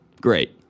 great